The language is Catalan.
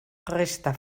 resta